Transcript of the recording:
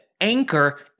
anchor